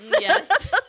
Yes